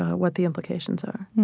what the implications are.